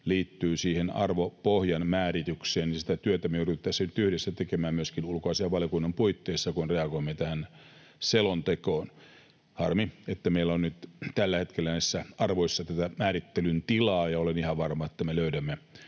liittyy siihen arvopohjan määritykseen, ja sitä työtä me joudumme tässä nyt yhdessä tekemään myöskin ulkoasiainvaliokunnan puitteissa, kun reagoimme tähän selontekoon. Harmi, että meillä on nyt tällä hetkellä näissä arvoissa tätä määrittelyn tilaa, ja olen ihan varma, että me löydämme